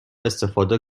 استفاده